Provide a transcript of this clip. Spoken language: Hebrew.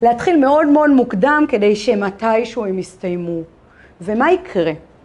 להתחיל מאוד מאוד מוקדם כדי שמתישהו הם יסתיימו, ומה יקרה?